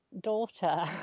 daughter